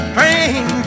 Train